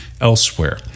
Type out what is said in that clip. elsewhere